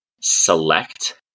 select